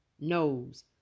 knows